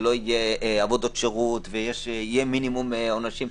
שלא יהיו עבודות שירות ויהיה מינימום של עונשים,